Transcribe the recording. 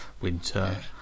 winter